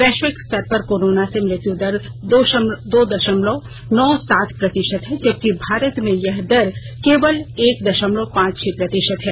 वैश्विक स्तर पर कोरोना से मृत्यु दर दो दशमलव नौ सात प्रतिशत है जबकि भारत में यह दर केवल एक दशमलव पांच छह प्रतिशत है